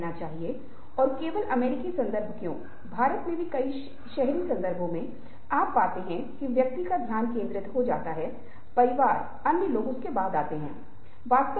यदि आप यह अभिनय कर रहे हैं तो आप अचानक महसूस करेंगे कि जब दूसरा व्यक्ति आपकी बात नहीं सुन रहा है तो अभिनय करना कितना बुरा लगता है